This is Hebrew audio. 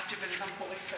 עד שבן-אדם פורק את